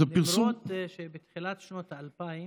זה פרסום, למרות שבתחילת שנות ה-2000,